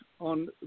on